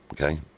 okay